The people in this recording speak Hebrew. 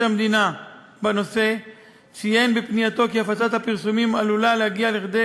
המדינה בנושא וציין בפנייתו כי הפצת הפרסומים עלולה להגיע לכדי